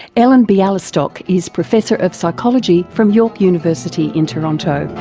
ellen bialystok is professor of psychology from york university in toronto.